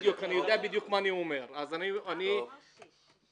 אני לא נכנס לזה עכשיו.